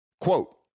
Quote